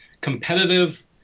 competitive